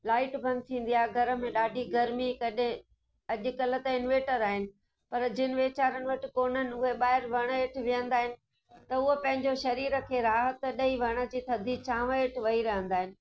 light बंदि थी वेंदी आहे घर में ॾाढी गर्मी कॾहिं अॼुकल्ह त इंवर्टर आहिनि पर जिनि वेचारनि वटि कोन्हनि उहे ॿाहिरि वण हेठि विहंदा आहिनि त उहे पंहिंजो शरीर खे राहत ॾेई वण जी थधी छांव हेठि वेही रहंदा आहिनि